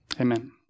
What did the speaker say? amen